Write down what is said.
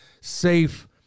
safe